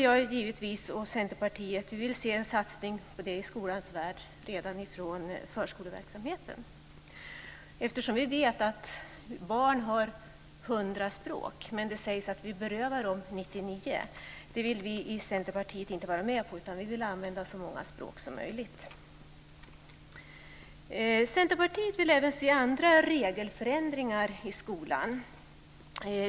Jag och Centerpartiet vill givetvis se den satsningen i skolans värld redan i förskoleverksamheten. Vi vet att barn har 100 språk, men det sägs att vi berövar dem 99 stycken. Det vill vi i Centerpartiet inte vara med om. Vi vill att barn ska använda så många språk som möjligt. Centerpartiet vill även se andra regelförändringar i skolan.